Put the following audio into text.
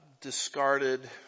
discarded